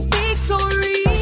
victory